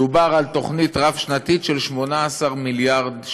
דובר על תוכנית רב-שנתית של 18 מיליארד שקל.